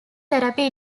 therapy